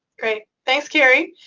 great. thanks, kerri.